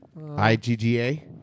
igga